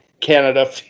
Canada